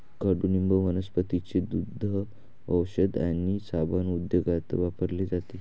कडुनिंब वनस्पतींचे दूध, औषध आणि साबण उद्योगात वापरले जाते